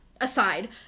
aside